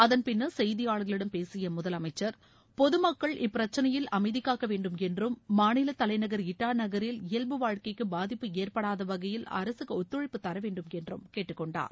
அதன் பிள்னர் செய்தியாளர்களிடம் பேசிய முதலமைச்சர் பொதுமக்கள் இப்பிரச்சனையில் அமைதிகாக்க வேண்டும் என்றும் மாநில தலைநகர் இட்டா நகரில் இயல்பு வாழ்க்கைக்கு பாதிப்பு ஏற்படாத வகையில் அரசுக்கு ஒத்துழைப்பு தர வேண்டும் என்றும் கேட்டுக் கொண்டார்